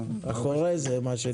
אחרי זה מה שנקרא.